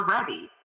ready